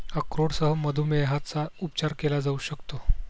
अक्रोडसह मधुमेहाचा उपचार केला जाऊ शकतो